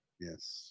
Yes